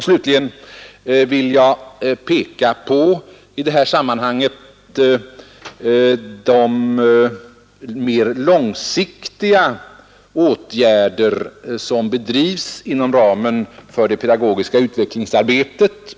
Slutligen vill jag nämna de mera långsiktiga åtgärder som vidtas inom ramen för det pedagogiska utvecklingsarbetet.